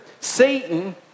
Satan